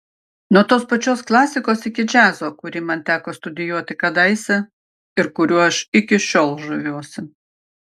nuo tos pačios klasikos iki džiazo kurį man teko studijuoti kadaise ir kuriuo aš iki šiol žaviuosi